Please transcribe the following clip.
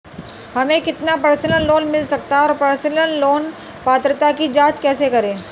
हमें कितना personal loan मिल सकता है और पर्सनल लोन पात्रता की जांच कैसे करें?